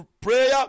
prayer